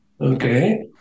Okay